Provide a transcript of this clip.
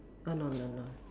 err no no no